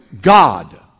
God